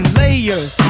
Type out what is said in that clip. layers